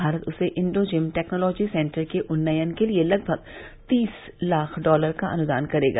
भारत उसे Indo Zim technology centre के उन्नयन के लिए लगभग तीस लाख डॉलर का अनुदान देगा